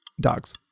Dogs